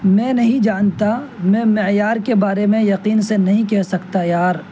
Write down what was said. میں نہیں جانتا میں معیار کے بارے میں یقین سے نہیں کہہ سکتا یار